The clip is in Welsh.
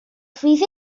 fydd